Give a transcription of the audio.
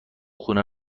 خونه